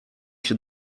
się